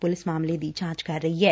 police ਮਾਮਲੇ ਦੀ ਜਾਂਚ ਕਰ ਰਹੀ ਏ